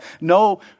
no